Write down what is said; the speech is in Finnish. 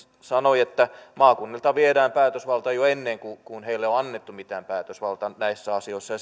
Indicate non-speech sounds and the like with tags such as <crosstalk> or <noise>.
sanoi että maakunnilta viedään päätösvalta jo ennen kuin kuin heille on annettu mitään päätösvaltaa näissä asioissa ja <unintelligible>